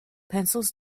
pencils